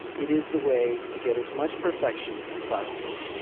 it is the way to get as much perfection as possible